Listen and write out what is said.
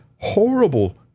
horrible